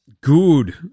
Good